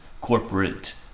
corporate